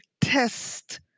test